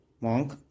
monk